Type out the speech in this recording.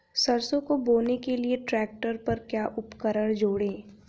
सरसों को बोने के लिये ट्रैक्टर पर क्या उपकरण जोड़ें?